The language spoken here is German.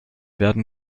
werden